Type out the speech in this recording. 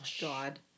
God